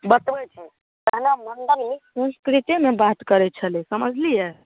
बतबै छी पहिने मण्डन मिश्र संस्कृतेमे बात करै छलै समझलिए